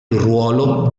ruolo